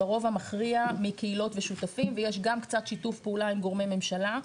ברוב המכריע מקהילות ושיתופים ויש גם קצת שיתוף פעולה עם גורמי ממשלה.